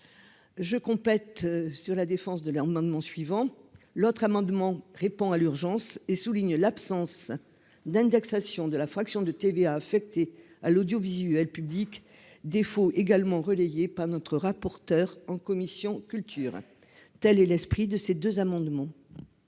je compète sur la défense de leur l'amendement suivant l'autre amendement répond à l'urgence et souligne l'absence d'indexation de la fraction de TVA affectée à l'audiovisuel public défaut également relayé par notre rapporteur en commission culture, telle est l'esprit de ces deux amendements.